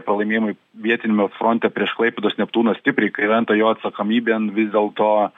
pralaimėjimai vietiniame fronte prieš klaipėdos neptūną stipriai krenta jo atsakomybėn vis dėlto